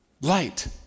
light